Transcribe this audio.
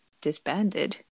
disbanded